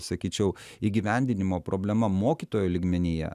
sakyčiau įgyvendinimo problema mokytojų lygmenyje